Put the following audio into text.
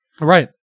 right